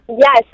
Yes